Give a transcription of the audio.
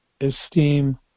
esteem